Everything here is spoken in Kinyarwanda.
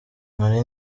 nari